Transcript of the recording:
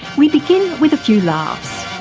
we begin with a few laughs.